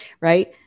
right